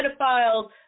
pedophiles